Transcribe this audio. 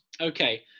Okay